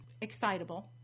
excitable